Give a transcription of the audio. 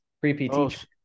pre-pt